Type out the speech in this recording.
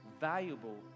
valuable